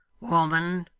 woman,